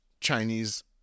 Chinese